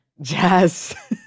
jazz